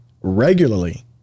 regularly